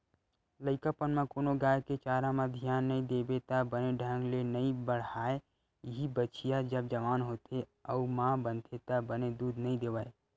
लइकापन म कोनो गाय के चारा म धियान नइ देबे त बने ढंग ले नइ बाड़हय, इहीं बछिया जब जवान होथे अउ माँ बनथे त बने दूद नइ देवय